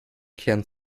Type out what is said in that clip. kern